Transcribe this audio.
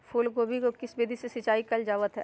फूलगोभी को किस विधि से सिंचाई कईल जावत हैं?